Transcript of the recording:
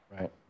Right